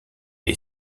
est